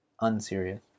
unserious